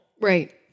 Right